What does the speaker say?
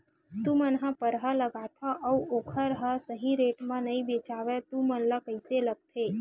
तू मन परहा लगाथव अउ ओखर हा सही रेट मा नई बेचवाए तू मन ला कइसे लगथे?